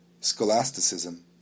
Scholasticism